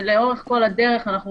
לאורך כל הדרך אנו